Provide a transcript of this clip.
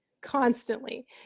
constantly